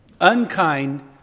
unkind